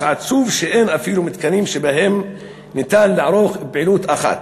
אך עצוב שאין אפילו מתקנים שבהם אפשר לערוך פעילות אחת.